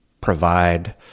provide